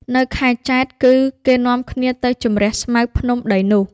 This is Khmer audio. នៅខែចែត្រគឺ គេនាំគ្នាទៅជម្រះស្មៅភ្នំដីនោះ